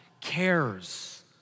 cares